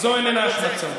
זו איננה השמצה.